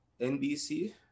NBC